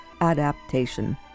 adaptation